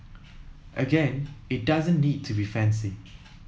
again it doesn't need to be fancy